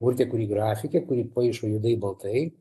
urtė kuri grafikė kuri paišo juodai baltai